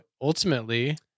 ultimately